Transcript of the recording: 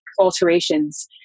alterations